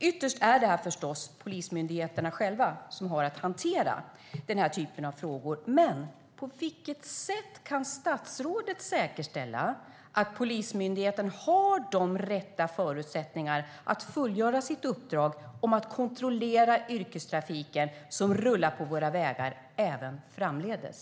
Ytterst är det förstås Polismyndigheten själv som har att hantera den här typen av frågor, men på vilket sätt kan statsrådet säkerställa att Polismyndigheten har de rätta förutsättningarna att fullgöra sitt uppdrag att kontrollera yrkestrafiken som rullar på våra vägar även framdeles?